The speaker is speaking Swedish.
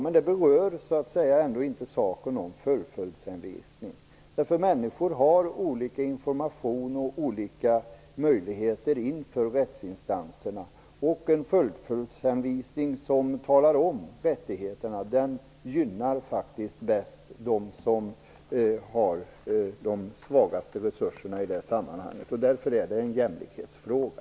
Men det berör inte saken om fullföljdshänvisning. Människor har olika information och olika möjligheter inför rättsinstanserna. En fullföljdshänvisning som anger rättigheterna gynnar faktiskt bäst dem som har de sämsta resurserna i det här sammanhanget. Därför är det en jämlikhetsfråga.